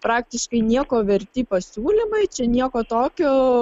praktiškai nieko verti pasiūlymai čia nieko tokio